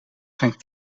zijn